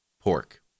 pork